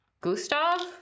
Gustav